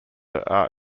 are